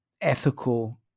ethical